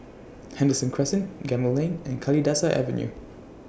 Henderson Crescent Gemmill Lane and Kalidasa Avenue